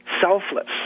selfless